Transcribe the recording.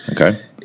Okay